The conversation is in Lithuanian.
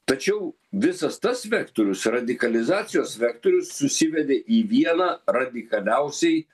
tačiau visas tas vektorius radikalizacijos vektorius susivedė į vieną radikaliausiai